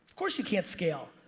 course you can't scale.